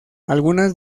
algunas